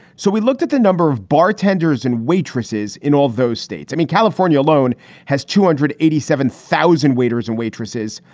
so we looked at the number of bartenders and waitresses in all of those states. i mean, california alone has two hundred eighty seven thousand waiters and waitresses,